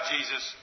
Jesus